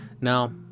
Now